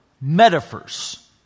metaphors